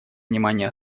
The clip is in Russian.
внимание